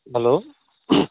hello